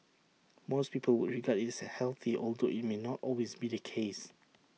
most people would regard IT as healthy although IT may not always be the case